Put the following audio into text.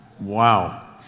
wow